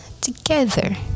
together